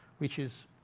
which is,